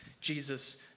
Jesus